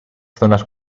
zonas